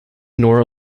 nor